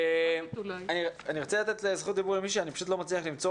ארצה לתת זכות דיבור לקרן